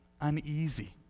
uneasy